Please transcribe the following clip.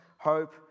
hope